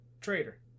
Traitor